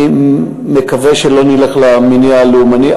אני מקווה שלא נלך למניע הלאומני,